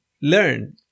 learn